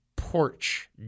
Porch